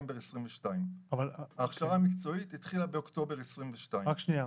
דצמבר 2022. ההכשרה המקצועית התחילה באוקטובר 2022. רק שנייה.